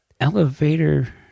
elevator